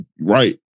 Right